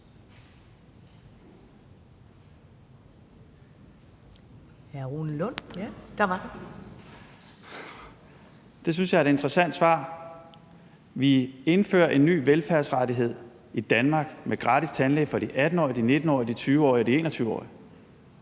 Det synes jeg er et interessant svar. Vi indfører en ny velfærdsrettighed i Danmark med gratis tandlæge for de 18-årige, de 19-årige, de 20-årige og de 21-årige,